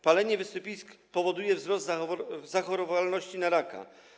Palenie wysypisk powoduje wzrost zachorowalności na raka.